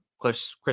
Chris